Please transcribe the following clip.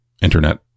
internet